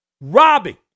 robbing